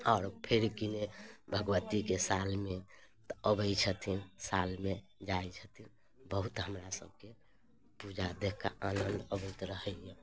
आओर फेर कि ने भगवतीके सालमे तऽ अबै छथिन सालमे जाइ छथिन बहुत हमरासबके पूजा देखिके आनन्द अबैत रहैए